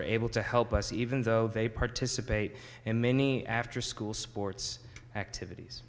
are able to help us even though they participate in many after school sports activities